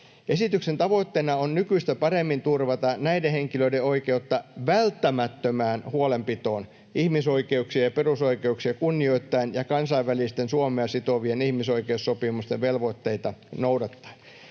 Esityksen tavoitteena on nykyistä paremmin turvata näiden henkilöiden oikeutta välttämättömään huolenpitoon ihmisoikeuksia ja perusoikeuksia kunnioittaen ja kansainvälisten Suomea sitovien ihmisoikeussopimusten velvoitteita noudattaen.